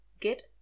get